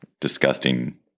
disgusting